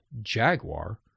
Jaguar